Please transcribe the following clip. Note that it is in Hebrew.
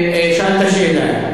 שאלת שאלה.